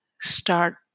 start